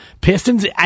Pistons